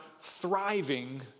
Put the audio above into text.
thriving